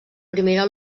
primera